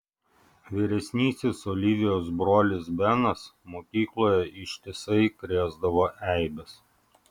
vyresnysis olivijos brolis benas mokykloje ištisai krėsdavo eibes